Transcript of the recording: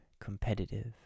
competitive